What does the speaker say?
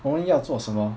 我们要做什么